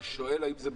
אני שואל אם זה ברור.